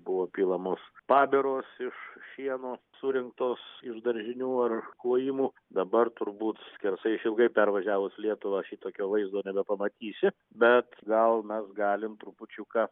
buvo pilamos pabiros iš šieno surinktos iš daržinių ar klojimų dabar turbūt skersai išilgai pervažiavus lietuvą šitokio vaizdo nebepamatysi bet gal mes galim trupučiuką